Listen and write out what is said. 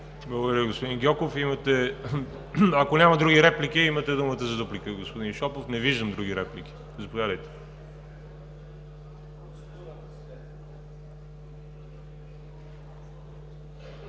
Благодаря Ви, господин Гьоков. Ако няма други реплики, имате думата за дуплика, господин Шопов. Не виждам други реплики. Заповядайте.